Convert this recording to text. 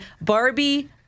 Barbie